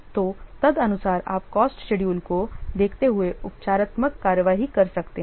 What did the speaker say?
तो तदनुसार आप कॉस्ट शेडूल को देखते हुए उपचारात्मक कार्रवाई कर सकते हैं